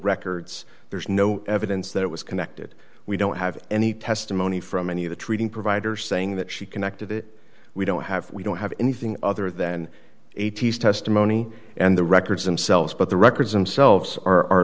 records there's no evidence that it was connected we don't have any testimony from any of the treating providers saying that she connected it we don't have we don't have anything other than a tease testimony and the records themselves but the records themselves are